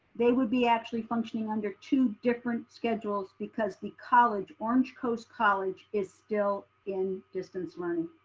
they would be actually functioning under two different schedules because the college, orange coast college is still in distance learning.